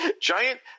giant